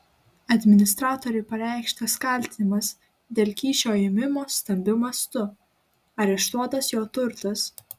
administratoriui pareikštas kaltinimas dėl kyšio ėmimo stambiu mastu areštuotas jo turtas